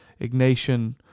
Ignatian